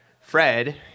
Fred